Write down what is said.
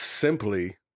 Simply